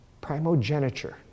primogeniture